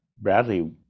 Bradley